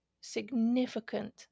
significant